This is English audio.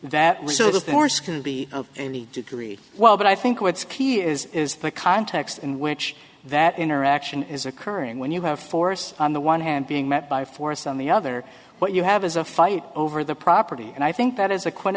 to be of any degree well but i think what's key is is the context in which that interaction is occurring when you have force on the one hand being met by force on the other what you have is a fight over the property and i think that is a quite